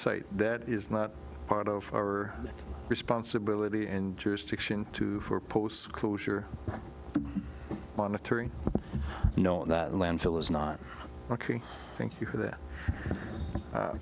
site that is not part of our responsibility and jurisdiction two for post closure monitoring and landfill is not ok thank you for that